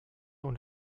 und